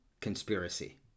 conspiracy